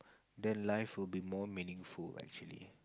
then life will be more meaningful actually